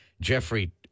Jeffrey